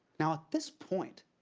now, at this point,